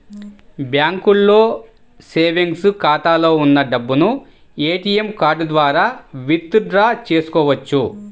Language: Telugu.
బ్యాంకులో సేవెంగ్స్ ఖాతాలో ఉన్న డబ్బును ఏటీఎం కార్డు ద్వారా విత్ డ్రా చేసుకోవచ్చు